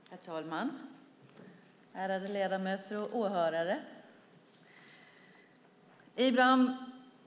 Herr talman, ärade ledamöter, åhörare!